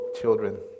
children